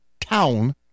town